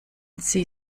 sie